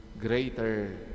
greater